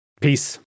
Peace